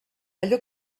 allò